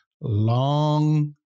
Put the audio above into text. long